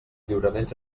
lliuraments